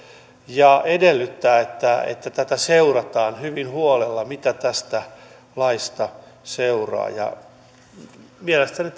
ja edellyttää että seurataan hyvin huolella mitä tästä laista seuraa mielestäni